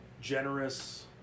generous